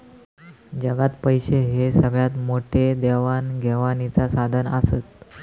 जगात पैशे हे सगळ्यात मोठे देवाण घेवाणीचा साधन आसत